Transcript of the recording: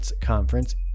Conference